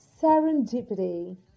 Serendipity